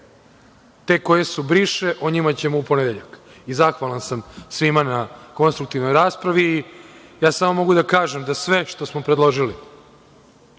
te koji se brišu o njima ćemo u ponedeljak. Zahvalan sam svima na konstruktivnoj raspravi i samo mogu da kažem da sve što smo predložili,